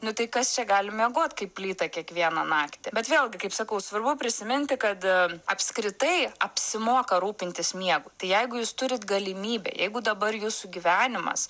nu tai kas čia gali miegot kaip plyta kiekvieną naktį bet vėlgi kaip sakau svarbu prisiminti kad apskritai apsimoka rūpintis miegu tai jeigu jūs turit galimybę jeigu dabar jūsų gyvenimas